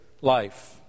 life